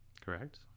Correct